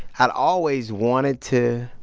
i'd always wanted to